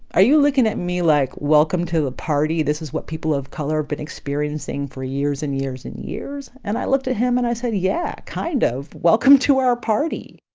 are you looking at me like, welcome to the party this is what people of color been experiencing for years and years and years? and i looked at him, and i said, yeah, kind of. welcome to our party